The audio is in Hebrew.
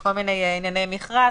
וכל מיני ענייני מכרז,